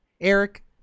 Eric